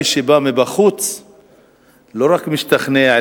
מי שבא מבחוץ לא רק משתכנע,